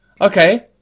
Okay